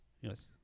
Yes